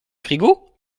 frigo